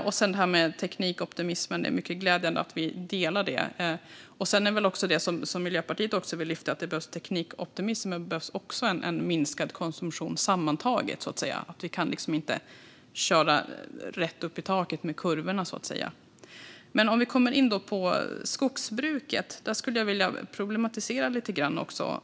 När det gäller teknikoptimismen är det mycket glädjande att vi delar den. Sedan vill Miljöpartiet lyfta fram att det behövs teknikoptimism men också minskad konsumtion, sammantaget. Vi kan liksom inte köra kurvorna rätt upp i taket. När det gäller skogsbruket skulle jag vilja problematisera lite grann.